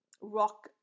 rock